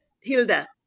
Hilda